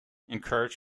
encouraged